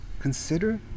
Consider